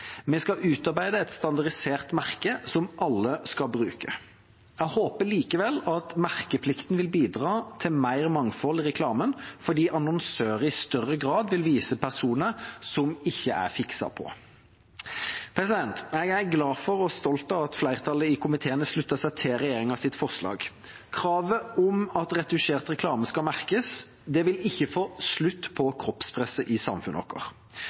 utarbeide et standardisert merke som alle skal bruke. Jeg håper likevel at merkeplikten vil bidra til mer mangfold i reklamen fordi annonsører i større grad vil vise personer som ikke er fikset på. Jeg er glad for og stolt av at flertallet i komiteen har sluttet seg til regjeringas forslag. Kravet om at retusjert reklame skal merkes, vil ikke få slutt på kroppspresset i samfunnet